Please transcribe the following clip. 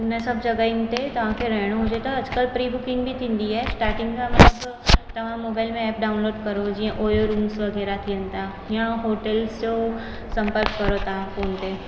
हुन सभु जॻहयुनि ते तव्हांखे रहिणो हुजे त अॼुकल्ह प्री बुकिंग बि थींदी आहे स्टाटिंग खां मतलबु तव्हां मोबाइल में एप डाउनलोड करो जीअं ओयो रूम्स वग़ैरह थियनि था या होटल्स जो संपर्क करो तव्हां फ़ोन ते